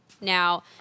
Now